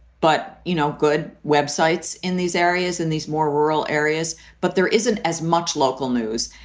but, you know, good web sites in these areas, in these more rural areas. but there isn't as much local news.